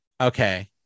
Okay